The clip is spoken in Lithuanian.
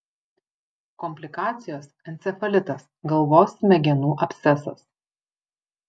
komplikacijos encefalitas galvos smegenų abscesas